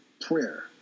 prayer